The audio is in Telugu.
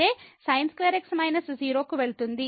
అయితే sin2x మైనస్ 0 కు వెళుతుంది ఈ x 0 కి వెళుతుంది